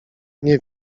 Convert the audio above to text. nie